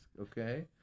okay